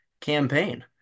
campaign